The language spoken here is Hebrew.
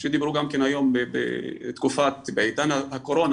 שדיברו גם כן בעידן הקורונה,